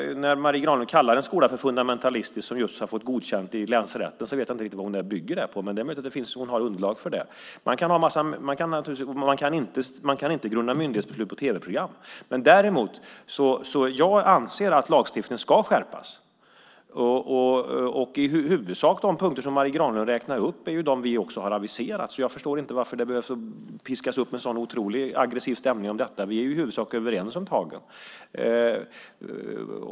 När Marie Granlund kallar en skola som just har fått godkänt i länsrätten för fundamentalistisk vet jag inte riktigt vad hon bygger det på, men det är möjligt att hon har underlag för det. Men man kan inte grunda myndighetsbeslut på tv-program. Jag anser däremot att lagstiftningen ska skärpas. De punkter som Marie Granlund räknar upp är de som vi i huvudsak har aviserat, så jag förstår inte varför det behöver piskas upp en så otroligt aggressiv stämning om detta. Vi är ju i huvudsak överens om tagen.